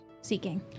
Seeking